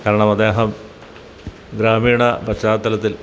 കാരണം അദ്ദേഹം ഗ്രാമീണ പശ്ചാത്തലത്തിൽ